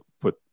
put